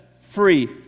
free